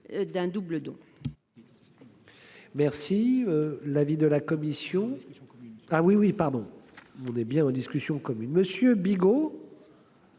d'un double don.